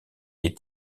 est